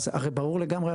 הרי ברור לגמרי,